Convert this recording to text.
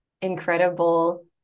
incredible